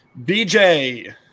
BJ